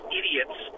idiots